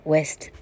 West